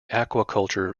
aquaculture